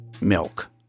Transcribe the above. milk